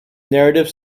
narrative